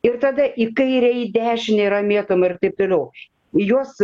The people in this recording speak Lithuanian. ir tada į kairę į dešinę yra mėtoma ir taip toliau juos